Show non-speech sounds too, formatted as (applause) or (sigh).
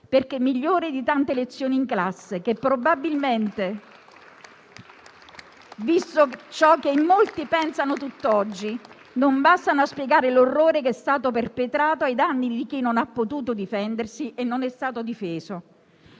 perché migliore di tante lezioni in classe, (applause) che probabilmente, visto ciò che in molti pensano tutt'oggi, non bastano a spiegare l'orrore che è stato perpetrato ai danni di chi non ha potuto difendersi e non è stato difeso».